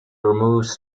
removes